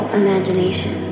imagination